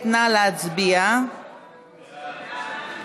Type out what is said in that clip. את הצעת החוק וינמק